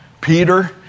peter